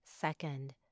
second